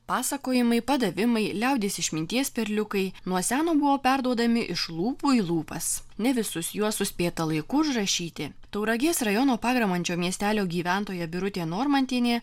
pasakojimai padavimai liaudies išminties perliukai nuo seno buvo perduodami iš lūpų į lūpas ne visus juos suspėta laiku užrašyti tauragės rajono pagramančio miestelio gyventoja birutė normantienė